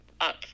up